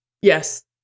Yes